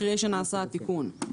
לאחר שנעשה התיקון.